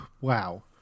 wow